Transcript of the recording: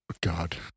God